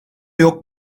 yok